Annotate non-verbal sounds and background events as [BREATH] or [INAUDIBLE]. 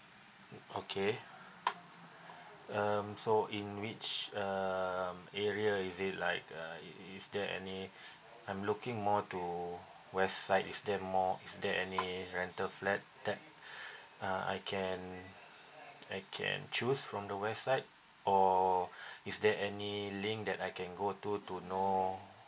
okay um so in which um area is it like uh i~ is there any I'm looking more to west side is there more is there any rental flat that [BREATH] uh I can I can choose from the website or is there any link that I can go to to know